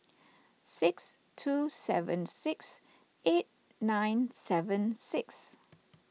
six two seven six eight nine seven six